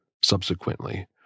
Subsequently